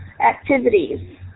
activities